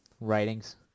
writings